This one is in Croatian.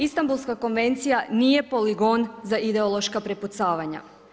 Istanbulska konvencija nije poligon za ideološka prepucavanja.